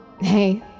hey